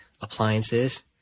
appliances